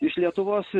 iš lietuvos